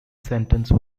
sentence